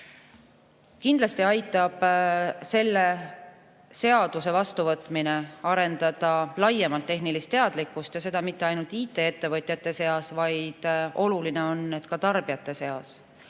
Kindlasti aitab selle seaduse vastuvõtmine arendada laiemalt tehnilist teadlikkust ja mitte ainult IT‑ettevõtjate seas, vaid oluline on, et ka tarbijate seas.